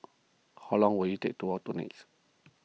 how long will it take to walk to Nex